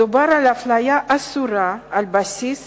מדובר על אפליה אסורה על בסיס